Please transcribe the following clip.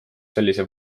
sellise